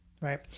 Right